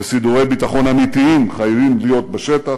וסידורי ביטחון אמיתיים חייבים להיות בשטח.